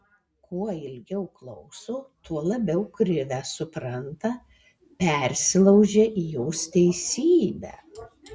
kuo ilgiau klauso tuo labiau krivę supranta persilaužia į jos teisybę